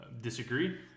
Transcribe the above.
disagree